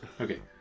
Okay